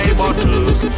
bottles